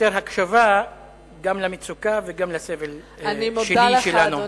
יותר הקשבה גם למצוקה וגם לסבל שלי, שלנו.